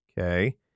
Okay